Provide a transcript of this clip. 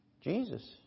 Jesus